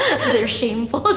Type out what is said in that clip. they're shameful. but